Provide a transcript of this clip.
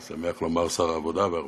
אני שמח לומר: שר העבודה והרווחה,